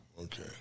Okay